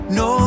no